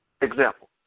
Example